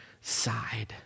side